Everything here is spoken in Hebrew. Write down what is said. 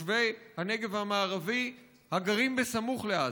תושבי הנגב המערבי הגרים בסמוך לעזה.